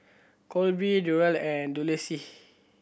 Kolby Durell and Dulcie